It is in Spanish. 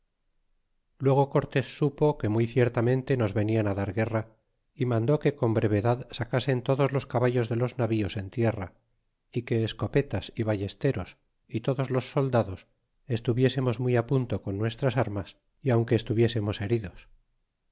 luego cortés supo que muy ciertamente nos venían dar guerra y mandó que con brevedad sacasen todos los caballos de los navíos en tierra é que escopetas y ballesteros y todos los soldados estuviésemos muy punto con nuestras armas y aunque estuviésemos heridos